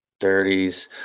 30s